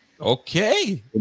Okay